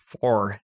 four